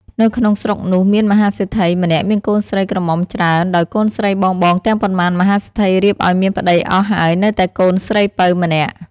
នៅក្នុងស្រុកនោះមានមហាសេដ្ឋីម្នាក់មានកូនស្រីក្រមុំច្រើនដោយកូនស្រីបងៗទាំងប៉ុន្មានមហាសេដ្ឋីរៀបឲ្យមានប្ដីអស់ហើយនៅតែកូនស្រីពៅម្នាក់។